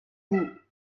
goût